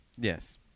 Yes